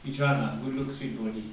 which [one] ah good looks fit body